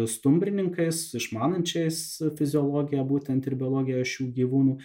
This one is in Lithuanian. stumbrininkais išmanančiais fiziologiją būtent ir biologiją šių gyvūnų